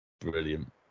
Brilliant